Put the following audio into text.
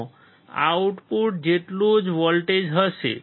તેમાં આઉટપુટ જેટલું જ વોલ્ટેજ હશે